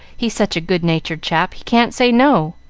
he's such a good-natured chap, he can't say no.